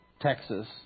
Texas